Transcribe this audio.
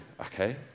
okay